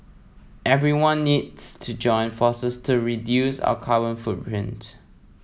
everyone needs to join forces to reduce our carbon footprint